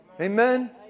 Amen